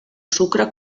sucre